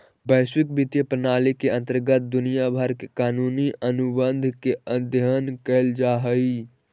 वैश्विक वित्तीय प्रणाली के अंतर्गत दुनिया भर के कानूनी अनुबंध के अध्ययन कैल जा हई